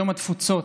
יום התפוצות,